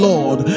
Lord